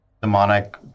demonic